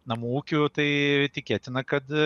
namų ūkių tai tikėtina kad